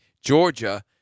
Georgia